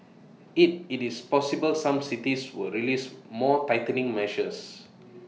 IT it is possible some cities will release more tightening measures